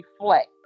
reflect